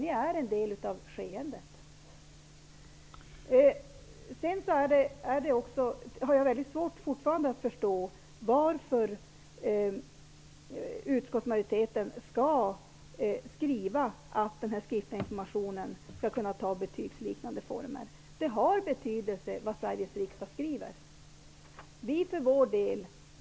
Jag har fortfarande väldigt svårt att förstå varför utskottsmajoriteten måste skriva att den skriftliga informationen skall kunna ta betygsliknande former. Vad Sveriges riksdag skriver har betydelse.